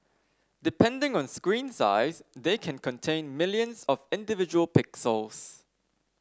depending on screen size they can contain millions of individual pixels